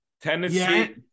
Tennessee